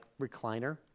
recliner